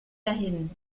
dahin